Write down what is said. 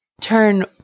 turn